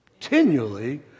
continually